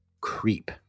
creep